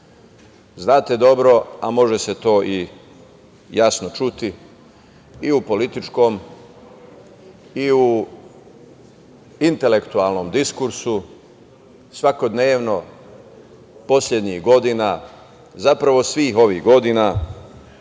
putem. Znate dobro, a može se to i jasno čuti i u političkom i u intelektualnom diskursu, svakodnevno poslednjih godina, zapravo svih ovih godina